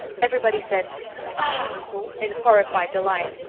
everybody said oh in horrified delight.